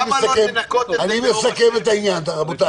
אני מסכם את העניין, רבותיי.